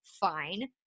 Fine